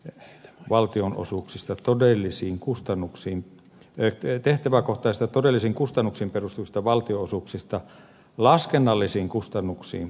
nyt valtionosuuksista todellisiin kustannuksiin yhteen tehtäväkohtaisista todellisiin kustannuksiin perustuvista valtionosuuksista laskennallisiin kustannuksiin perustuvaan valtionosuusjärjestelmään